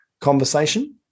conversation